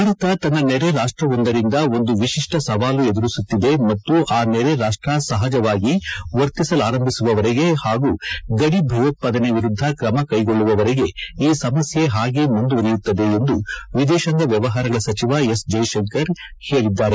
ಭಾರತ ತನ್ನ ನೆರೆ ರಾಷ್ಟವೊಂದರಿಂದ ಒಂದು ವಿಶಿಷ್ಟ ಸವಾಲು ಎದುರಿಸುತ್ತಿದೆ ಮತ್ತು ಆ ನೆರೆ ರಾಷ್ಟ್ರ ಸಹಜವಾಗಿ ವರ್ತಿಸಲಾರಂಭಿಸುವವರೆಗೆ ಹಾಗೂ ಗಡಿ ಭಯೋತ್ಸಾದನೆ ವಿರುದ್ದ ಕ್ರಮ ಕೈಗೊಳ್ಳುವವರೆಗೂ ಈ ಸಮಸ್ಯೆ ಹಾಗೇ ಮುಂದುವರಿಯುತ್ತದೆ ಎಂದು ವಿದೇಶಾಂಗ ವ್ಯವಹಾರಗಳ ಸೆಚಿವ ಎಸ್ ಜೈಶಂಕರ್ ಹೇಳಿದ್ದಾರೆ